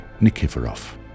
Nikiforov